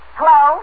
Hello